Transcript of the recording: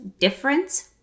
difference